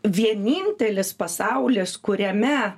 vienintelis pasaulis kuriame